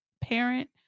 parent